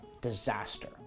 disaster